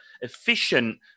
efficient